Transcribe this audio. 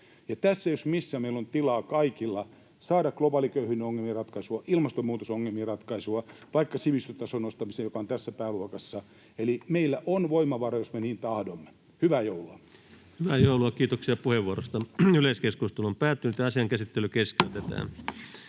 tässä jos missä meillä on tilaa kaikilla saada globaaliköyhyyden ongelmiin ratkaisua, ilmastonmuutosongelmiin ratkaisua, vaikka sivistystason nostamiseen, joka on tässä pääluokassa, eli meillä on voimavaroja, jos me niin tahdomme. Hyvää joulua! Hyvää joulua! Kiitoksia puheenvuorosta. === STRUCTURED CONTENT ===